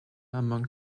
among